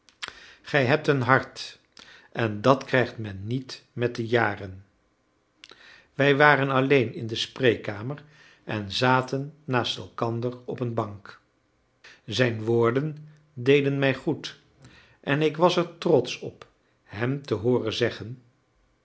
gij hebt een hart en dat krijgt men niet met de jaren wij waren alleen in de spreekkamer en zaten naast elkander op een bank zijn woorden deden mij goed en ik was er trotsch op hem te hooren zeggen